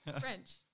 French